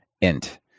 int